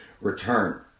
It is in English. return